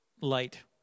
light